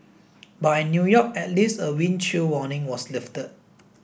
but in New York at least a wind chill warning was lifted